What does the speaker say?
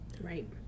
Right